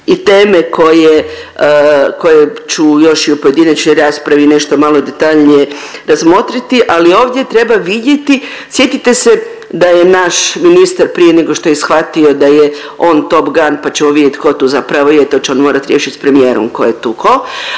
koje, koje ću još i u pojedinačnoj raspravi nešto malo detaljnije razmotriti, ali ovdje treba vidjeti, sjetite se da je naš ministar prije nego što je shvatio da je on Top Gun, pa ćemo vidjet tko to zapravo je, to će on morat riješit s premijerom ko je tu ko,